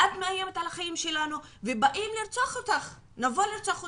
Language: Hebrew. את מאיימת על החיים שלנו ונבוא לרצוח אותך,